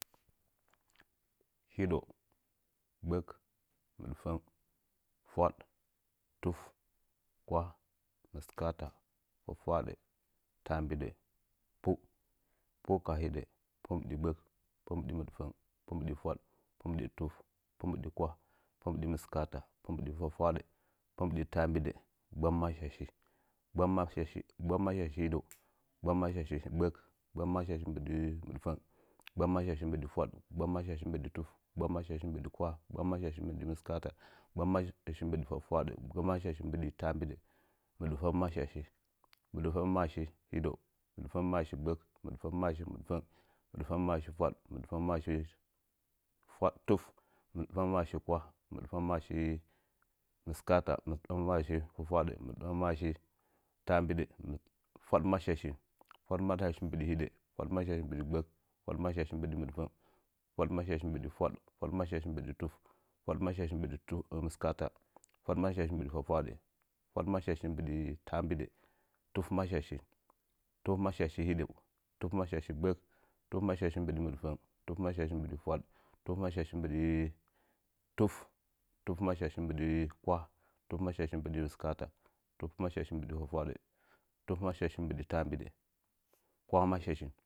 Hidəu, gbək, mɨdfəng, fwaɗ, tuf kwah, mɨskataa, fwafwaɗə, taambiɗa, pu, pu kaha hidə, pu mbɨchi, gbək, pu mbiɗi mɨɗfəng, pu mbɨɗi fwaɗ, pu mbɨɗi tuf, pu mbɨɗi kwa, pu mbɨɗi mɨskaata, pu mbɨɗi fwafwaɗə, pu mbɨɗi taambiɗə, mgbammaashi, mgbammaashi hidə, mgbammaashi gbə, mgbammaashi mbɨɗi mɨɗfəng, mgbammaashi mbɨɗi fwaɗ, mgbammaashi mbɨɗi tuf, mgbammaashi mbɨɗi kwah, mgbammaashi mbɨɗi mɨskaata, mgbammaashi mbɨɗi fwafwaɗa, mgbammaashi mbɨɗi taambidə, mɨɗfamashi, mɨɗfəngmaashi hidə, mɨɗfəngmaashi gbək, mɨɗfəngmaashi miɗfang, mɨɗfəng maashi fwad, mɨɗfəngmaashi fwad tuf, mɨɗfəngmaashi kwah, mɨɗfəngmaashi mɨskaata, mɨɗfəngmaashi fwafwadə, mɨɗfəngmaashi taambidə, fwadmaashi, fwadmaashi mbɨɗi hiɗə, fwadmaashi mbɨɗi gbək, fwadmaashi mbɨɗi mɨɗfəng, fwadmaashi mbɨɗi ruf, fwadmaashi mbɨɗi kwah, fwadmaashi mbɨɗi mɨskaata, fwadmaashi mbɨɗi fwafwaɗa, fwaɗmaashi mbidi taambidə, tufmaashi, tufmaashi mbidi hidə tufmashashi mɓɨɗi gbək, tufmashashi mbidi mɨdfəng, tufmashashi mbɨdi fwaɗ, tufmashishin mbɨɗi kwah, tufmashi mbɨdi mɨsko ata, tufmashi mbidi fwa fwaɗa, tufmashashi mbɨdi taambidə, kwah mashashi